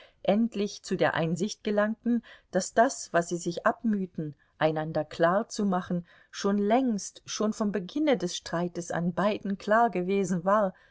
endlich zu der einsicht gelangten daß das was sie sich abmühten einander klarzumachen schon längst schon vom beginne des streites an beiden klar gewesen war